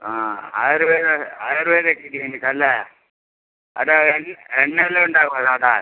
ആ ആയുർവേദ ആയുർവേദ ക്ലിനിക്ക് അല്ലേ അവിടെ എണ്ണ എല്ലാം ഉണ്ടാവുമോ തടവാൻ